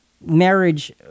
marriage